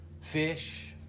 fish